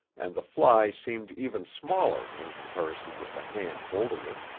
and the fly seemed even smaller in comparison with the hand holding it.